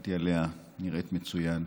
הסתכלתי עליה, נראית מצוין.